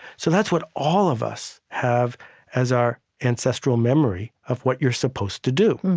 so that's what all of us have as our ancestral memory of what you're supposed to do